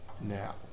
now